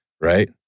right